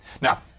Now